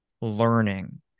learning